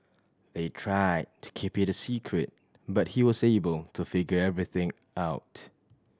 they tried to keep it a secret but he was able to figure everything out